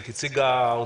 עזרה מיידית,